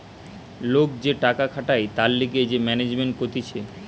লোক যে টাকা খাটায় তার লিগে যে ম্যানেজমেন্ট কতিছে